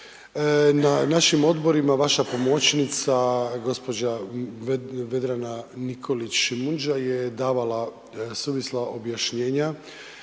Na našim odborima vaša pomoćnica gđa. Vedrana Nikolić Šimundža je davala suvisla objašnjenja